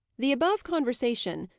the above conversation,